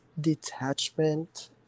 detachment